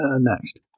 next